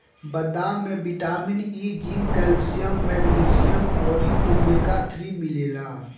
बदाम में vitamin E, zinc, calcium, magnesium अउरी ओमेगा थ्री मिलेला